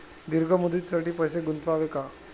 दीर्घ मुदतीसाठी पैसे गुंतवावे का?